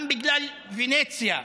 גם בגלל פניציה,